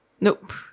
Nope